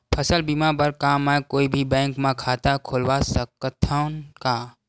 फसल बीमा बर का मैं कोई भी बैंक म खाता खोलवा सकथन का?